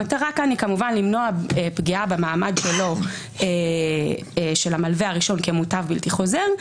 המטרה כאן היא למנוע פגיעה במעמד של המלווה הראשון כמוטב בלתי חוזר,